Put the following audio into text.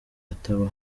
ataba